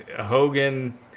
Hogan